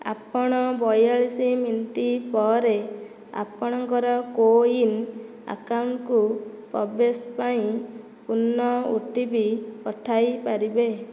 ଆପଣ ବୟାଳିଶ ମିନଟ ପରେ ଆପଣଙ୍କର କୋୱିନ୍ ଆକାଉଣ୍ଟ୍କୁ ପ୍ରବେଶ ପାଇଁ ପୁନଃ ଓଟିପି ପଠାଇ ପାରିବେ